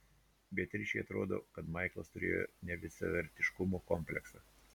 beatričei atrodo kad maiklas turėjo nevisavertiškumo kompleksą